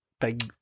big